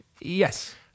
Yes